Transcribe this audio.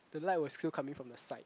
the light will still come in from the side